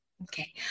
Okay